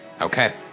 Okay